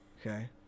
Okay